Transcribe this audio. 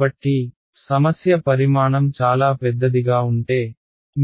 కాబట్టి సమస్య పరిమాణం చాలా పెద్దదిగా ఉంటే